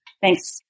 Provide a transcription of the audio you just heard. Thanks